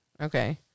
Okay